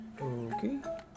Okay